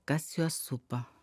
kas juos supa